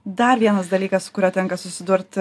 dar vienas dalykas su kuriuo tenka susidurt